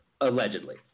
Allegedly